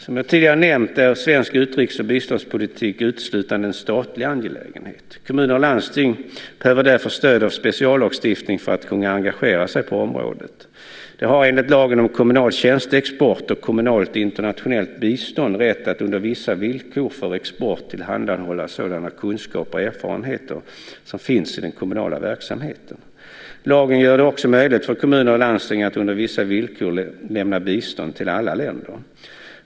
Som jag tidigare nämnt är svensk utrikes och biståndspolitik uteslutande en statlig angelägenhet. Kommuner och landsting behöver därför stöd av speciallagstiftning för att kunna engagera sig på området. De har enligt lagen om kommunal tjänsteexport och kommunalt internationellt bistånd rätt att under vissa villkor för export tillhandahålla sådan kunskap och erfarenhet som finns i den kommunala verksamheten. Lagen gör det också möjligt för kommuner och landsting att under vissa villkor lämna bistånd till alla länder.